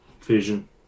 vision